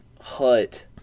hut